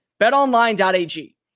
BetOnline.ag